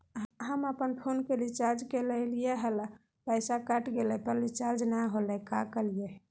हम अपन फोन के रिचार्ज के रहलिय हल, पैसा कट गेलई, पर रिचार्ज नई होलई, का करियई?